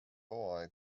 hooaeg